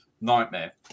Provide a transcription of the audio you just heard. nightmare